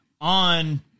on